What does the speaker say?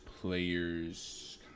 players